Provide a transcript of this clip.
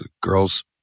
girls